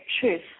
truth